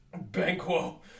Banquo